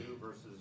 versus